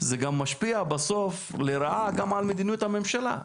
זה גם משפיע בסוף לרעה גם על מדיניות הממשלה.